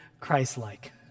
Christ-like